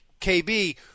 KB